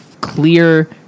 clear